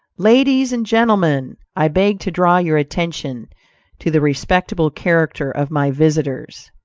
ladies and gentlemen, i beg to draw your attention to the respectable character of my visitors,